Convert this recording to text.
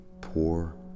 poor